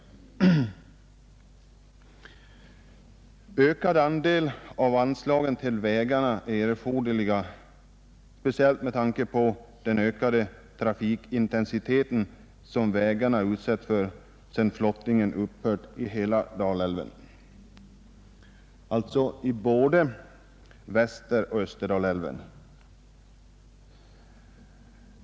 En ökad andel av anslaget till vägarna är erforderlig, speciellt med tanke på den större trafikintensitet som vägarna utsätts för sedan flottningen upphört i hela Dalälven — alltså i både Västeroch Österdalälven.